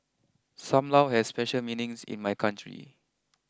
Sam Lau has special meanings in my country